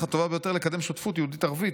הטובה ביותר לקדם שותפות יהודית-ערבית,